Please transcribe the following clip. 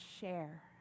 share